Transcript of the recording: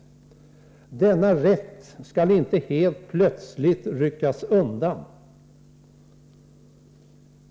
Denna rätt skall inte helt plötsligt ryckas undan.